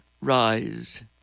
rise